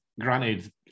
granted